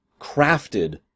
crafted